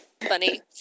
funny